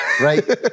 Right